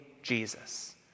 Jesus